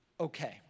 okay